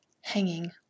hanging